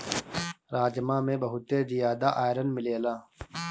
राजमा में बहुते जियादा आयरन मिलेला